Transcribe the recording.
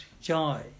joy